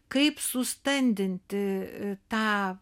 kaip sustandinti tą